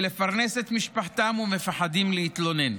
לפרנס את משפחתם ומפחדים להתלונן.